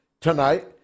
tonight